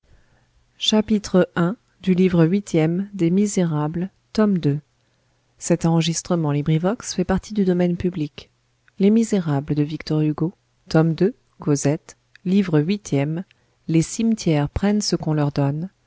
les souffles profonds de l'éternité livre huitième les cimetières prennent ce qu'on leur donne